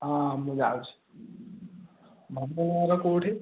ହଁ ମୁଁ ଯାଉଛି ଭଞ୍ଜନଗରର କେଉଁଠି